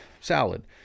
salad